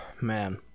Man